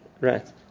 Right